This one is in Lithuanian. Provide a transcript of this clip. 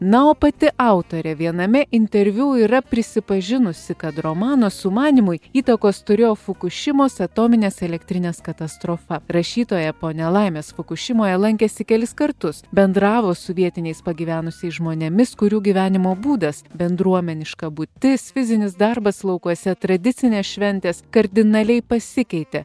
na o pati autorė viename interviu yra prisipažinusi kad romano sumanymui įtakos turėjo fukušimos atominės elektrinės katastrofa rašytoja po nelaimės fukušimoje lankėsi kelis kartus bendravo su vietiniais pagyvenusiais žmonėmis kurių gyvenimo būdas bendruomeniška būtis fizinis darbas laukuose tradicinės šventės kardinaliai pasikeitė